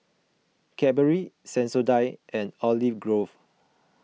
Cadbury Sensodyne and Olive Grove